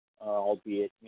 albeit